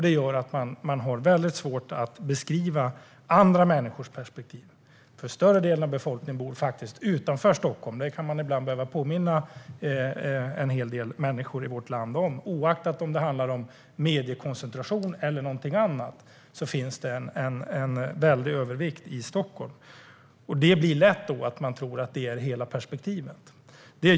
Det gör att man har väldigt svårt att beskriva andra människors perspektiv. Större delen av befolkningen bor faktiskt utanför Stockholm. Det kan man ibland behöva påminna en hel del människor i vårt land om. Oavsett om det handlar om mediekoncentration eller om någonting annat finns det en väldig övervikt i Stockholm. Då blir det lätt så att man tror att det ger hela perspektivet.